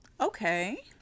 Okay